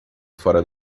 fora